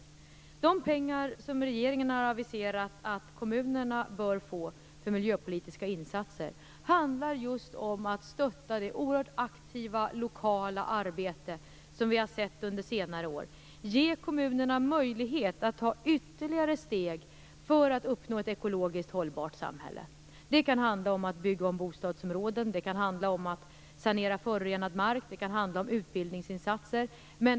Syftet med de pengar regeringen har aviserat att kommunerna bör få för miljöpolitiska insatser är just att stötta det oerhört aktiva lokala arbete som vi har sett under senare år, att ge kommunerna möjlighet att ta ytterligare steg för att uppnå ett ekologiskt hållbart samhälle. Det kan handla om att bygga om bostadsområden, det kan handla om att sanera förorenad mark, eller det kan handla om utbildningsinsatser.